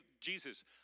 Jesus